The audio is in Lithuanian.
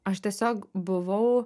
aš tiesiog buvau